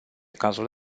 cazul